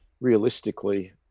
Realistically